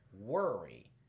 worry